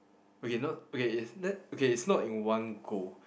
okay no okay it's tha~ okay it's not in one go